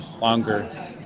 longer